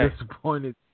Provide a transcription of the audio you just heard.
disappointed